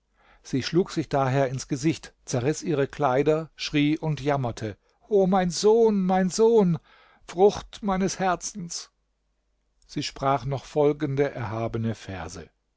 sie schlug sich daher ins gesicht zerriß ihre kleider schrie und jammerte o mein sohn mein sohn frucht meines herzens sie sprach noch folgende erhabene verse